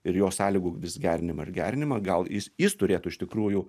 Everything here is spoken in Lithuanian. ir jo sąlygų gerinimą ir gerinimą gal jis turėtų iš tikrųjų